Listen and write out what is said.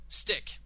stick